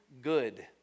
good